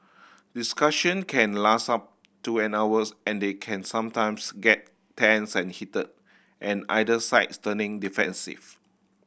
discussion can last up to an hours and they can sometimes get tense and heated and either sides turning defensive